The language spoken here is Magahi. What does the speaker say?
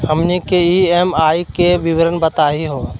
हमनी के ई.एम.आई के विवरण बताही हो?